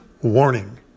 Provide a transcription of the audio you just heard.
Warning